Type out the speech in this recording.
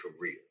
career